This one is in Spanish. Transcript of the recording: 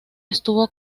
estuvo